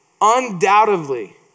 undoubtedly